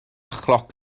chloc